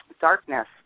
darkness